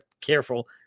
careful